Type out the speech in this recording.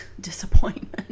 disappointment